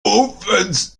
movements